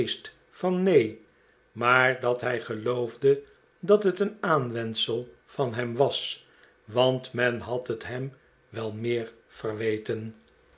van neen maar dat hij geloofde dat het een aanwendsel van hem was want men had het hem wel meer verweten